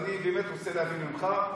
אני רוצה להבין ממך.